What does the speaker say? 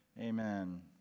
Amen